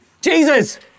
Jesus